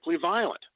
violent